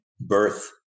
Birth